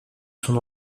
son